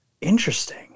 Interesting